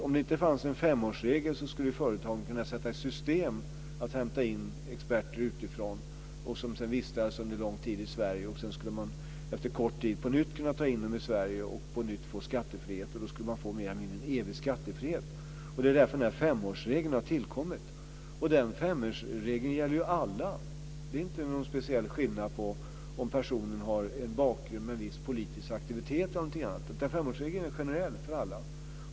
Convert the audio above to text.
Om det inte fanns en femårsregel skulle företag kunna sätta i system att hämta in experter utifrån som vistas under lång tid i Sverige. Sedan skulle de efter en kort tid på nytt ta in dem i Sverige och på nytt få skattefrihet. Då skulle de få en evig skattefrihet. Det är därför femårsregeln har tillkommit. Den femårsregeln gäller alla. Det är inte någon speciell skillnad på om personen har en bakgrund med en viss politisk aktivitet. Femårsregeln är generell för alla.